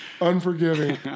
unforgiving